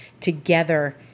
together